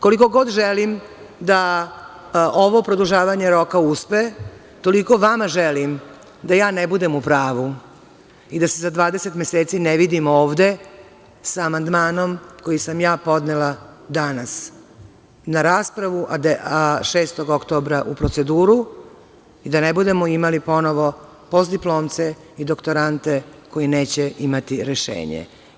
Koliko god želim da ovo produžavanje roka uspe, toliko vama želim da ja ne budem u pravu i da se za 20 meseci ne vidimo ovde, sa amandmanom koji sam ja podnela danas na raspravu, a 6. oktobra u proceduru, i da ne budemo imali ponovo postdiplomce i doktorante koji neće imati rešenje.